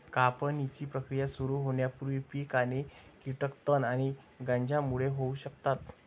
कापणीची प्रक्रिया सुरू होण्यापूर्वी पीक आणि कीटक तण आणि गंजांमुळे होऊ शकतात